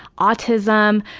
autism,